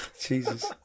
Jesus